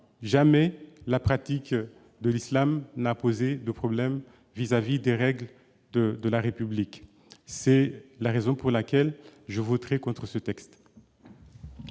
jamais la pratique de l'islam n'a posé de problème vis-à-vis des règles de la République. C'est la raison pour laquelle je voterai contre ce texte.